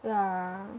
yeah